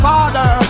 Father